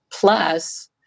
Plus